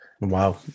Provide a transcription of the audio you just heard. Wow